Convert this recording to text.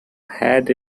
had